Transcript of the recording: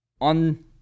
on